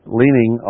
leaning